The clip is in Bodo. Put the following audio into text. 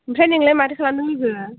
ओमफ्राय नोंलाय माथो खालामदों लोगो